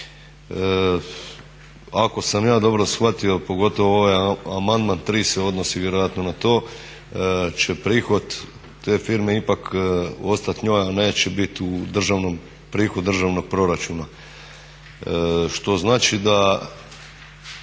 Ako sam ja dobro shvatio pogotovo ovaj amandman tri se odnosi vjerojatno na to će prihod te firme ipak ostati njoj a neće biti u državnom, prihod državnog proračuna što znači da,